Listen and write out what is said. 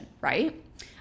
right